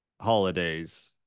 holidays